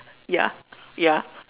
ya ya